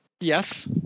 Yes